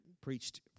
preached